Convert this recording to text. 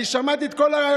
אני שמעתי את כל הריאיון,